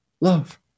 love